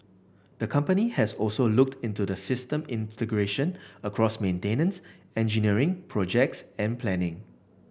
the company has also looked into the system integration across maintenance engineering projects and planning